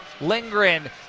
Lindgren